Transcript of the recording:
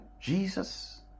Jesus